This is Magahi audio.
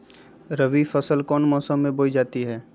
रबी फसल कौन मौसम में बोई जाती है?